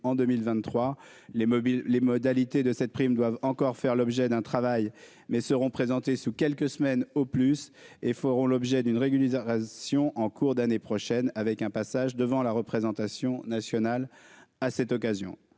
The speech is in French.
mobiles, les modalités de cette prime doivent encore faire l'objet d'un travail, mais seront présentés sous quelques semaines au plus et feront l'objet d'une rémunération en cours d'année prochaine, avec un passage devant la représentation nationale à cette occasion,